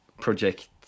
project